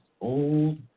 old